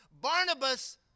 Barnabas